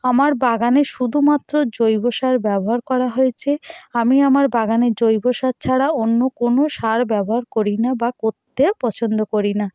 আমার বাগানে শুধুমাত্র জৈব সার ব্যবহার করা হয়েছে আমি আমার বাগানে জৈব সার ছাড়া অন্য কোনো সার ব্যবহার করি না বা করতে পছন্দ করি না